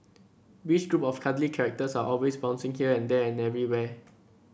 which group of cuddly characters are always bouncing here and there and everywhere